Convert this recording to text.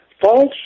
false